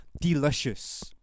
delicious